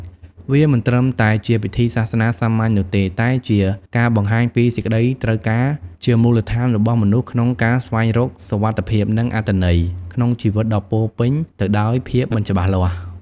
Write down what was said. វាមិនត្រឹមតែជាពិធីសាសនាសាមញ្ញនោះទេ តែជា ការបង្ហាញពីសេចក្តីត្រូវការជាមូលដ្ឋានរបស់មនុស្សក្នុងការស្វែងរកសុវត្ថិភាព និងអត្ថន័យ ក្នុងជីវិតដ៏ពោរពេញទៅដោយភាពមិនច្បាស់លាស់។